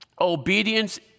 Obedience